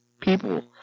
people